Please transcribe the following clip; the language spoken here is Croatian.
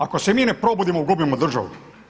Ako se mi ne probudimo gubimo državu.